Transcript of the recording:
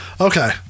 okay